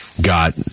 Got